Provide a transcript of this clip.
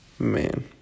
Man